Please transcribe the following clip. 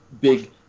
big